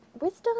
wisdom